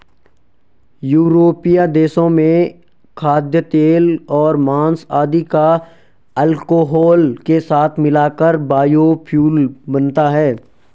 यूरोपीय देशों में खाद्यतेल और माँस आदि को अल्कोहल के साथ मिलाकर बायोफ्यूल बनता है